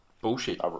bullshit